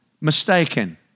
Mistaken